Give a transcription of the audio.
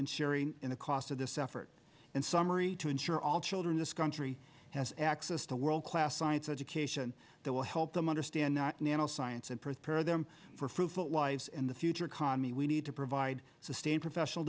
in sharing in the cost of this effort and summary to ensure all children this country has access to world class science education that will help them understand not nanoscience and prepare them for fruitful lives in the future economy we need to provide sustained professional